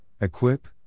equip